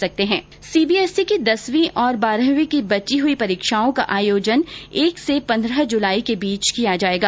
CBSE की दसवीं और बारहवीं की बची हई परीक्षाओं का आयोजन एक से पन्द्रह जुलाई के बीच किया जाएगा